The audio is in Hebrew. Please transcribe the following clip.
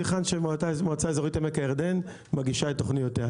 היכן שמועצה אזורית עמק הירדן מגישה את תכניותיה.